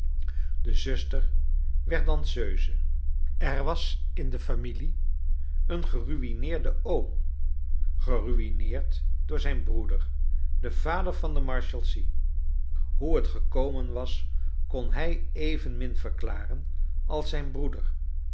de zuster werd danseuse er was in de familie een geru'ineerde oom geruineerd door zijn broeder den vader van de marshalsea hoe t gekomen was kon hij evenmin verklaren als zijn broeder